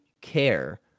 care